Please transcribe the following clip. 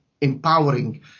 empowering